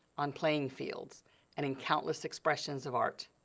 on playing fields and in countless expressions of art.